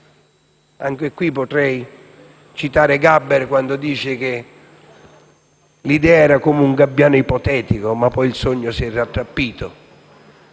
Anche qui potrei citare Gaber quando diceva che l'idea è come un gabbiano ipotetico, ma poi il sogno si è rattrappito.